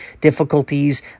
difficulties